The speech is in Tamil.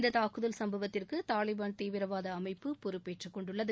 இந்த தாக்குதல் சம்பவத்திற்கு தாலிபள் தீவிரவாத அமைப்பு பொறுப்பேற்றுக்கொண்டுள்ளது